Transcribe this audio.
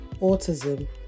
autism